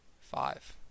Five